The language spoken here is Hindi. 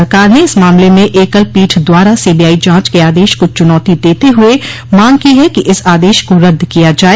सरकार ने इस मामले में एकल पीठ द्वारा सीबीआई जाँच के आदेश को चुनौती देते हुए मांग की है कि इस आदेश को रद्द किया जाय